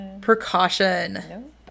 precaution